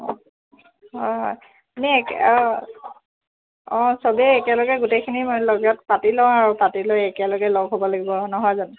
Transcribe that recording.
অঁ হয় হয় মানে এক অঁ চবেই একেলগে গোটেইখিনি লগত পাতি লওঁ আৰু পাতি লৈ একেলগে লগ হ'ব লাগিব আৰু নহয় জানো